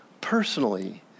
personally